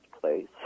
place